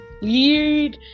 Lead